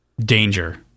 danger